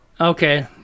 Okay